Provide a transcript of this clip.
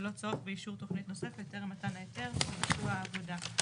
בלא צורך באישור תכנית נוספת טרם מתן ההיתר או ביצוע העבודה.